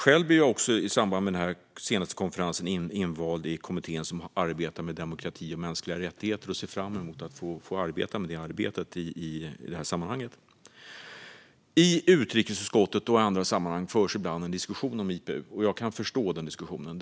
Själv blev jag i samband med den senaste konferensen invald i kommittén som arbetar med demokrati och mänskliga rättigheter, och jag ser fram emot att få arbeta med dessa frågor i det här sammanhanget. I utrikesutskottet och i andra sammanhang förs ibland en diskussion om IPU, och jag kan förstå den diskussionen.